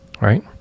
right